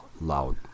loud